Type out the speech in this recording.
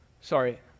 sorry